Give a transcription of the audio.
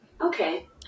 Okay